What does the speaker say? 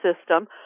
system